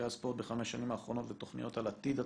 הספורט" בחמש השנים האחרונות ותכניות על עתיד התכנית,